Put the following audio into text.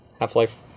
half-life